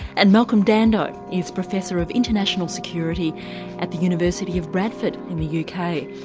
and malcolm dando is professor of international security at the university of bradford in the yeah kind of